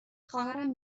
خواهرم